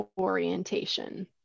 orientation